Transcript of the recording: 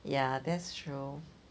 ya that's true